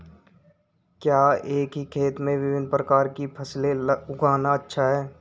क्या एक ही खेत में विभिन्न प्रकार की फसलें उगाना अच्छा है?